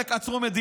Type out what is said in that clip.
עלק עצרו מדינה.